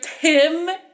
Tim